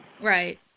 Right